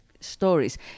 stories